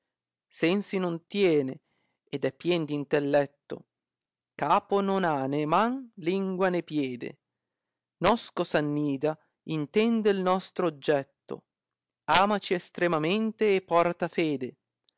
sensi non tiene ed è pien d intelletto capo non ha né man lingua né piede nosco s'annida intende il nostro oggetto amaci estremamente e porta fede